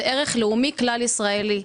זה ערך לאומי כלל ישראלי.